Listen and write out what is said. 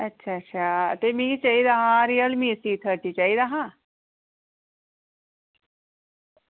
ते मिगी चाहिदा हा रियलमी सी थर्टी चाहिदा हा